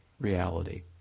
reality